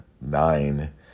nine